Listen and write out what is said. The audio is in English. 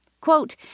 Quote